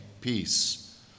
peace